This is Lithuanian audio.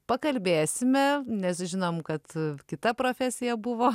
pakalbėsime nes žinom kad kita profesija buvo